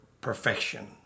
perfection